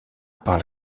par